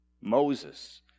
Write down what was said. Moses